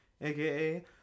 aka